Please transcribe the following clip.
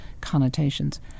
connotations